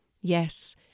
Yes